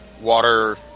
water